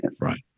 Right